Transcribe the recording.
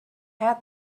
had